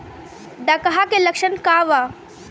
डकहा के लक्षण का वा?